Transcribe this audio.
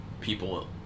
people